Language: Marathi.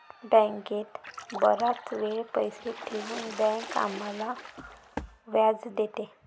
बँकेत बराच वेळ पैसे ठेवून बँक आम्हाला व्याज देते